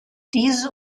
diese